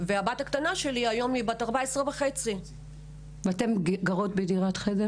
והבת הקטנה שלי היא היום בת 14.5. אתן גרות בדירת חדר?